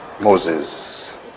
Moses